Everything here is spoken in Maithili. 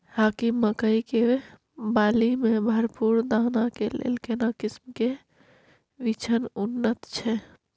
हाकीम मकई के बाली में भरपूर दाना के लेल केना किस्म के बिछन उन्नत छैय?